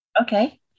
Okay